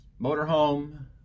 motorhome